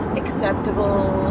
acceptable